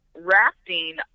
rafting